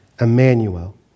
Emmanuel